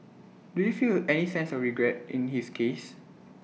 do you feel any sense of regret in his case